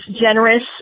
generous